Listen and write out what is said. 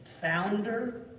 founder